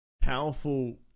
powerful